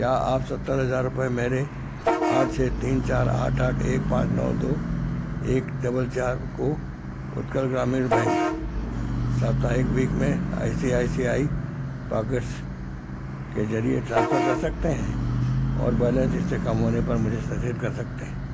क्या आप सत्तर हज़ार रुपये मेरे आठ छः तीन चार आठ आठ एक पाँच नौ दो एक डबल चार को उत्कल ग्रामीण बैंक साप्ताहिक वीक में I C I C I pockets के ज़रिये ट्रांसफर कर सकते हैं और बैलेंस जिससे कम होने पर मुझे सचेत कर सकते हैं